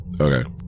Okay